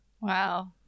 Wow